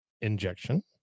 injection